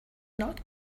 not